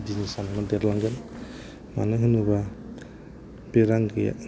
बिजिनेसआ देरलांगोन मानो होनोबा बे रां गैया